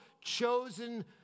chosen